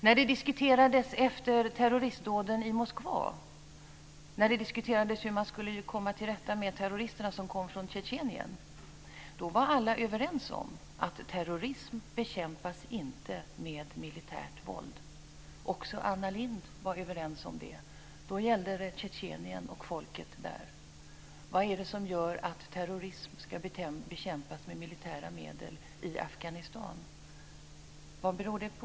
När det efter terroristdåden i Moskva diskuterades hur man skulle komma till rätta med terroristerna som kom från Tjetjenien var alla överens om att terrorism inte bekämpas med militärt våld. Också Anna Lindh var överens om det. Då gällde det Tjetjenien och folket där. Vad är det som gör att terrorism ska bekämpas med militära medel i Afghanistan? Vad beror det på?